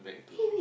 back to